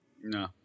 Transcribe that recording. No